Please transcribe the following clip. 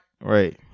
Right